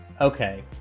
Okay